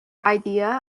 idea